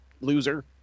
loser